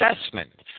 assessment